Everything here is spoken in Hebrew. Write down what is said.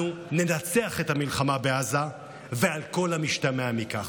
אנחנו ננצח במלחמה בעזה על כל המשתמע מכך.